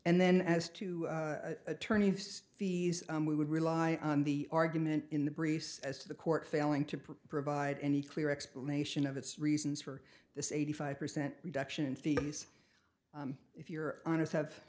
and then as to attorney fees we would rely on the argument in the briefs as to the court failing to provide any clear explanation of its reasons for this eighty five percent reduction in fees if you're honest have